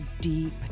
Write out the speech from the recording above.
deep